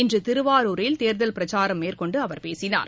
இன்று திருவாரூரில் தேர்தல் பிரச்சாரம் மேற்கொண்டு அவர் பேசினார்